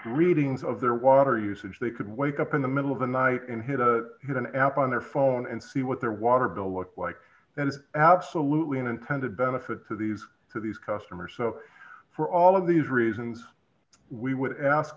readings of their water usage they could wake up in the middle of the night and hit a an app on their phone and see what their water bill looked like that is absolutely an intended benefit to these to these customers so for all of these reasons we would ask